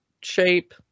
shape